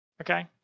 Okay